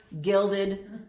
gilded